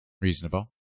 reasonable